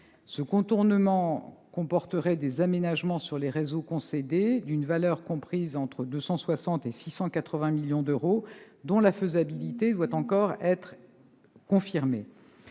Ce contournement comporterait des aménagements sur les réseaux concédés d'une valeur comprise entre 260 et 680 millions d'euros dont la faisabilité doit encore être confirmée.